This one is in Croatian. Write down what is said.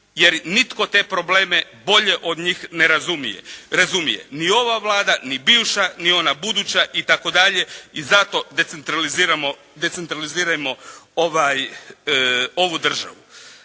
jer nitko te probleme bolje od njih ne razumije. Ni ova Vlada ni bivša ni ona buduće itd. I zato decentralizirajmo ovu državu.